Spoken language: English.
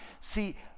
See